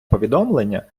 повідомлення